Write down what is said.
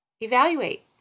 Evaluate